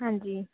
ਹਾਂਜੀ